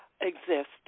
exist